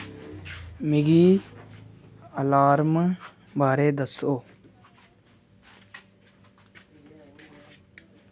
मिगी अलार्म बारे दस्सो